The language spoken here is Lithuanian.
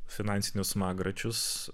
finansinius smagračius